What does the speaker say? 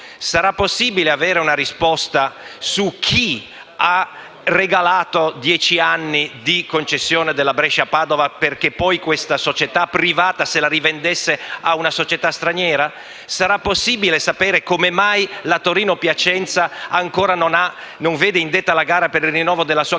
Sarà possibile avere una risposta su chi ha regalato dieci anni di concessione della Brescia-Padova, perché poi questa società privata se la rivendesse a una società straniera? Sarà possibile sapere come mai la Torino-Piacenza ancora non vede indetta la gara per il rinnovo della sua concessione,